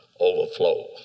Overflow